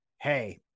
hey